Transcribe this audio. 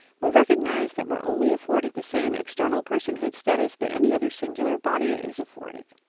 we recognize that we're only afforded the same external personhood status that any other singular body is afforded.